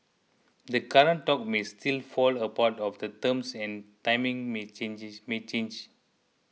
the current talks may still fall apart or the terms and timing may changes may change